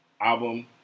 Album